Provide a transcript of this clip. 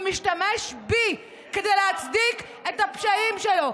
ומשתמש בי כדי להצדיק את הפשעים שלו.